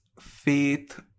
faith